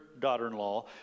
daughter-in-law